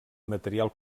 material